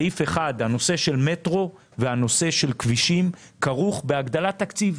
הנושא של מטרו והנושא של כבישים כרוך בהגדלת תקציב.